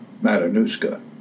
Matanuska